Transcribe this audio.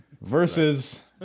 versus